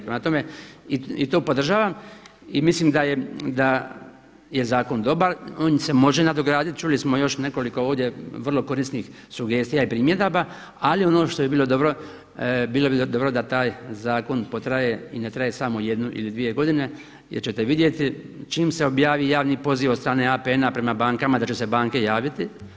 Prema tome i to podržavam i mislim da je, da je zakon dobar, on se može nadograditi, čuli smo još nekoliko ovdje vrlo korisnik sugestija i primjedaba ali ono što bi bilo dobro, bilo bi dobro da taj zakon potraje i ne traje samo jednu ili dvije godine jer ćete vidjeti čim se objavi javni poziv od strane APN-a prema bankama da će se banke javiti.